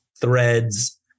threads